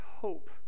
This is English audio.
hope